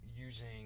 using